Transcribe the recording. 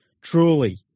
Truly